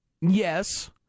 Yes